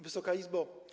Wysoka Izbo!